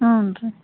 ಹೂನ್ರೀ